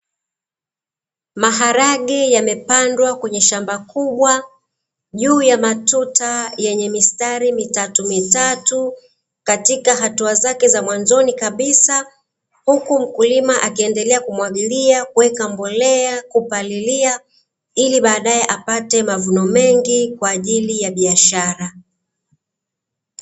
Maharage yamepandwa kwenye shamba kubwa juu ya matuta yenye mistari mitatu mitatu, katika hatua zake za mwanzoni kabisa, huku mkulima akiendelea kumwagilia, kuweka mbolea, kupalilia, ili baadae apate mavuno mengi kwa ajili ya biashara.